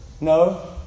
No